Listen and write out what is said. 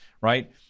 Right